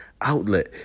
outlet